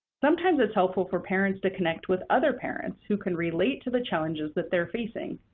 sometimes, it's helpful for parents to connect with other parents who can relate to the challenges that they're facing.